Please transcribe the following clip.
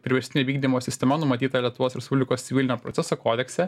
priverstinio vykdymo sistema numatyta lietuvos respublikos civilinio proceso kodekse